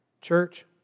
Church